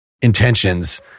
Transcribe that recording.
intentions